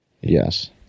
Yes